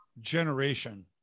generation